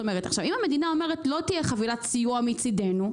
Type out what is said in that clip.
אם המדינה אומרת שלא תהיה חבילת סיוע מצידנו,